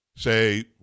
say